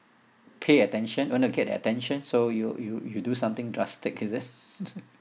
pay attention want to get their attention so you you you do something drastic is it